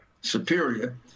superior